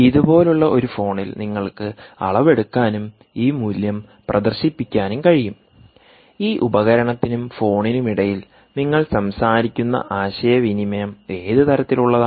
ഇതുപോലുള്ള ഒരു ഫോണിൽ നിങ്ങൾക്ക് അളവെടുക്കാനും ഈ മൂല്യം പ്രദർശിപ്പിക്കാനും കഴിയും ഈ ഉപകരണത്തിനും ഫോണിനുമിടയിൽ നിങ്ങൾ സംസാരിക്കുന്ന ആശയവിനിമയം ഏത് തരത്തിലുള്ളതാണ്